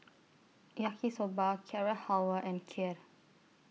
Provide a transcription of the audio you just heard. Yaki Soba Carrot Halwa and Kheer